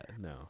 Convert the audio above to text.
no